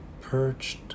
perched